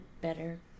better